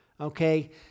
Okay